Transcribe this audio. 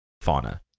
fauna